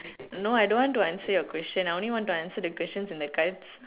no I don't want to answer your question I only want to answer the questions in the cards